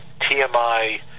TMI